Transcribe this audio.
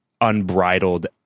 unbridled